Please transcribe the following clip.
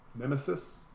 Nemesis